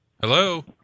Hello